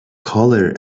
colour